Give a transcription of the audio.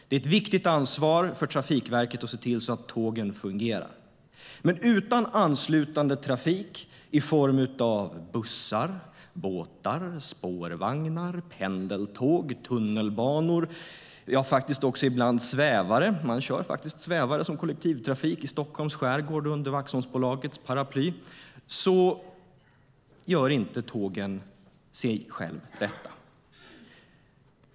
Det är ett viktigt ansvar för Trafikverket att se till att tågen fungerar. Utan anslutande trafik i form av bussar, båtar, spårvagnar, pendeltåg, tunnelbana, ja, ibland också svävare - man kör svävare i kollektivtrafiken i Stockholms skärgård under Waxholmsbolagets paraply - gör inte tågen i sig själva det.